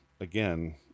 again